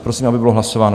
Prosím, aby bylo hlasováno.